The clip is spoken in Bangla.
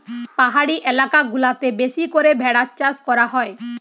পাহাড়ি এলাকা গুলাতে বেশি করে ভেড়ার চাষ করা হয়